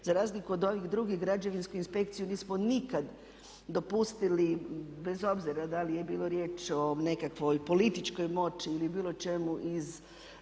Za razliku od ovih drugih građevinsku inspekciju nismo nikad dopustili bez obzira da li je bilo riječ o nekakvoj političkoj moći ili bilo čemu iz